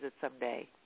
someday